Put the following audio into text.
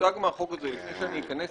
לפני שאכנס